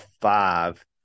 five